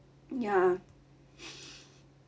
mm ya